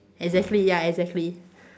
exactly ya exactly